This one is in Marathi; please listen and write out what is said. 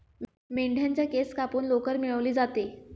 मेंढ्यांच्या केस कापून लोकर मिळवली जाते